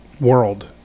world